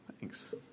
Thanks